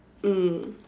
mm